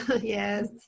Yes